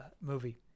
movie